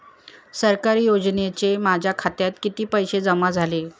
सरकारी योजनेचे माझ्या खात्यात किती पैसे जमा झाले?